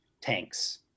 tanks